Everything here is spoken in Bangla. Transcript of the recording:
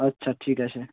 আচ্ছা ঠিক আছে